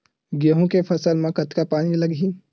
गेहूं के फसल म कतका पानी लगही?